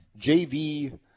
JV